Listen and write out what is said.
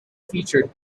featured